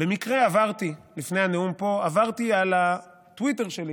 במקרה עברתי לפני הנאום פה על הטוויטר שלי